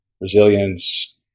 resilience